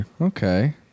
Okay